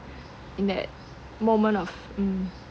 in that moment of mm